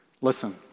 Listen